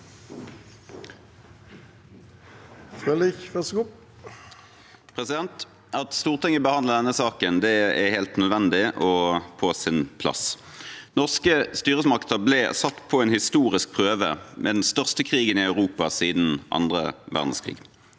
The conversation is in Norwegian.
leder): At Stortinget behandler denne saken, er helt nødvendig og på sin plass. Norske styresmakter ble satt på en historisk prøve med den største krigen i Europa siden annen verdenskrig.